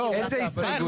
לא, איזה הסתייגות?